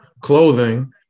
clothing